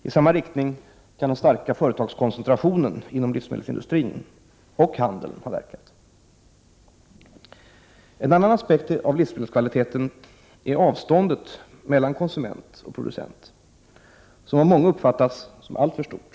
I samma riktning kan den starka företagskoncentrationen inom livsmedelsindustrin och handeln ha verkat. En annan aspekt beträffande livsmedelskvaliteten är avståndet mellan konsument och producent, som av många uppfattas som alltför stort.